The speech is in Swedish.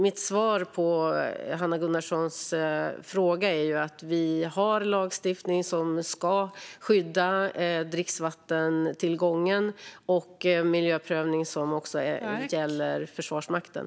Mitt svar på Hanna Gunnarssons fråga är att vi har lagstiftning som ska skydda dricksvattentillgången och miljöprövning som också gäller Försvarsmakten.